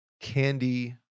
candy